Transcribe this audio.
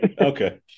Okay